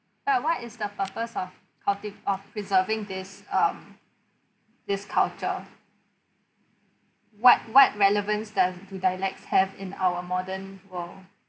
but what is the purpose of culti~ of preserving this um this culture what what relevance does do dialects have in our modern world